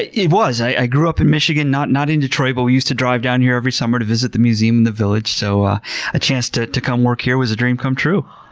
it was. i grew up in michigan, not not in detroit but we used to drive down here every summer to visit the museum and the village. so a ah chance to to come work here was a dream come true.